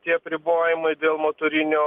tie apribojimai dėl motorinio